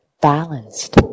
balanced